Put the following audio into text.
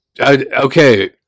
Okay